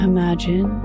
Imagine